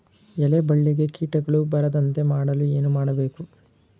ಎಲೆ ಬಳ್ಳಿಗೆ ಕೀಟಗಳು ಬರದಂತೆ ಮಾಡಲು ಏನು ಮಾಡಬೇಕು?